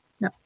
No